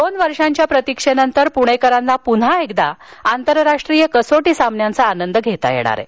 दोन वर्षाच्या प्रतिक्षेनंतर पुणेकरांना पुन्हा एकदा आंतरराष्ट्रीय कसोटी सामन्यांचा आनंद घेता येणार आहे